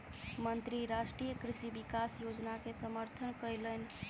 मंत्री राष्ट्रीय कृषि विकास योजना के समर्थन कयलैन